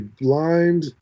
blind